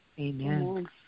Amen